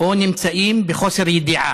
או נמצאים בחוסר ידיעה.